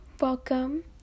welcome